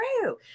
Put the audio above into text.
true